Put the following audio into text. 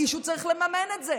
מישהו צריך לממן את זה.